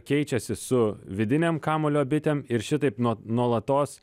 keičiasi su vidinėm kamuolio bitėm ir šitaip nuo nuolatos